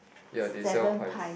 ya they sell pies